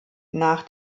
nach